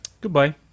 Goodbye